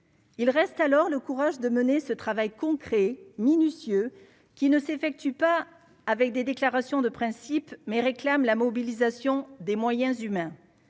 Il reste alors le courage de mener ce travail concret minutieux qui ne s'effectue pas avec des déclarations de principe, mais réclame la mobilisation des moyens humains,